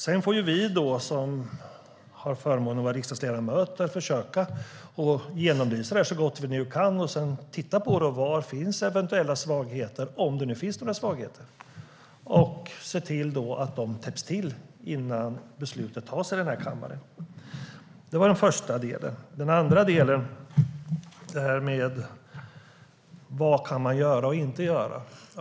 Sedan får vi som har förmånen att vara riksdagsledamöter försöka att genomlysa det så gott vi nu kan och titta på det. Var finns eventuella svagheter, om det nu finns några svagheter? Vi får se till att de täpps till innan beslutet fattas i kammaren. Det var den första delen. Den andra delen gäller: Vad kan man göra och inte göra?